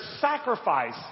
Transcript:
sacrifice